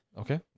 Okay